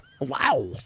wow